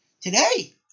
Today